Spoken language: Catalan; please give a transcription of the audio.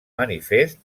manifest